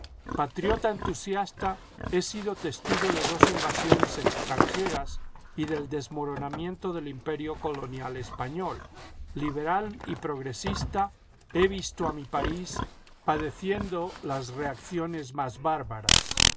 patriota entusiasta he sido testigo de dos invasiones extranjeras y del desmoronamiento del imperio colonial español liberal y progresista he visto a mi país padeciendo las reacciones más bárbaras